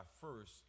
first